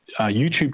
YouTube